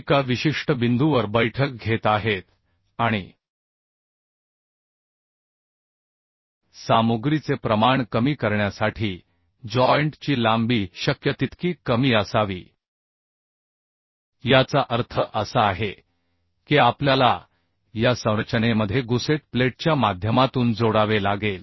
एका विशिष्ट बिंदूवर बैठक घेत आहेत आणि सामुग्रीचे प्रमाण कमी करण्यासाठी जॉइंट ची लांबी शक्य तितकी कमी असावी याचा अर्थ असा आहे की आपल्याला या संरचनेमध्ये गुसेट प्लेटच्या माध्यमातून जोडावे लागेल